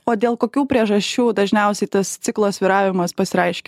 o dėl kokių priežasčių dažniausiai tas ciklo svyravimas pasireiškia